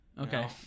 Okay